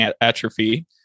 atrophy